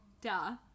Duh